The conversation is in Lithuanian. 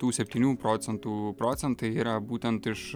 tų septynių procentų procentai yra būtent iš